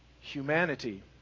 humanity